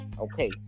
Okay